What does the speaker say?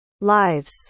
lives